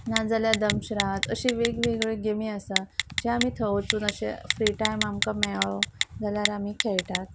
नाजाल्यार दमशराद अशी वेगवेगळ्यो गेमी आसा जे आमी थंय वचून अशे फ्री टायम आमकां मेळ्ळो जाल्यार आमी खेळटात